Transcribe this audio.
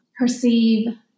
perceive